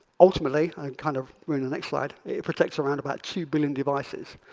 ultimately i kind of ruined the next slide it protects around about two billion devices.